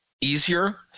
easier